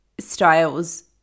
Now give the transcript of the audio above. Styles